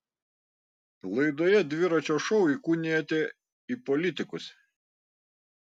laidoje dviračio šou įkūnijate į politikus